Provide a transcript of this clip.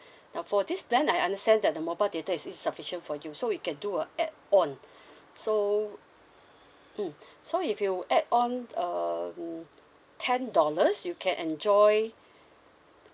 now for this plan I understand that the mobile data is insufficient for you so we can do a add on so mm so if you add on um ten dollars you can enjoy